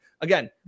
again